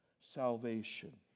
salvation